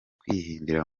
kwihindura